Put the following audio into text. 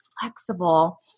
flexible